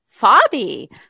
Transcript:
Fabi